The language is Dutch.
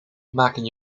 maken